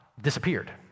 disappeared